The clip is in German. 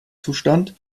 zustand